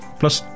plus